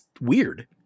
weird